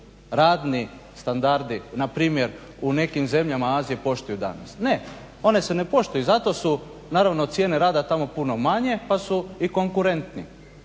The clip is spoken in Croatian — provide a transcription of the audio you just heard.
radni standardi na primjer u nekim zemljama Azije poštuju danas? Ne, oni se ne poštuju i zato su naravno cijene rada tamo puno manje pa su i konkurentni.